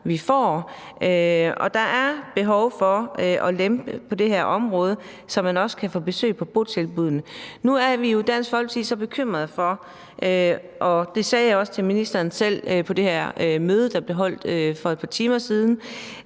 vi får. Der er behov for at lempe på det her område, så man også kan få besøg på botilbuddene. Nu er vi i Dansk Folkeparti så bekymrede – det sagde jeg også til ministeren selv på det her møde, der blev holdt for et par timer siden